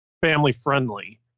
family-friendly